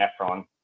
nephron